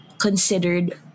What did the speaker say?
considered